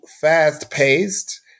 fast-paced